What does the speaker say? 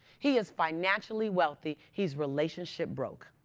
he is financially wealthy. he's relationship broke.